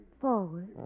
forward